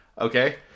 okay